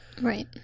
Right